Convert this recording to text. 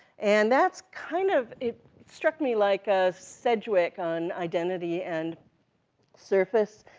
and that's kind of, it struck me like ah sedgwick on identity and surface,